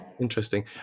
Interesting